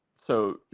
so,